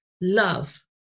love